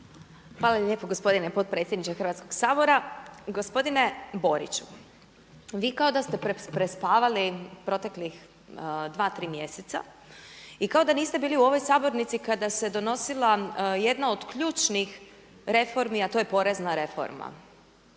Hvala lijepa gospodine potpredsjedniče Hrvatskog sabora. Gospodine Boriću, vi kao da ste prespavali proteklih dva, tri mjeseca i kao da niste bili u ovoj sabornici kada se donosila jedna od ključnih reformi, a to je porezna reforma.